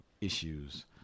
issues